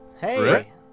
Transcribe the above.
Hey